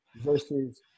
versus